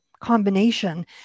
combination